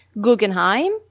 Guggenheim